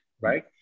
Right